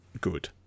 good